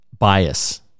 Bias